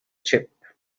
chip